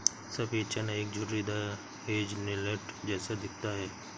सफेद चना एक झुर्रीदार हेज़लनट जैसा दिखता है